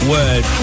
Word